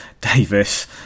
Davis